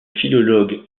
philologue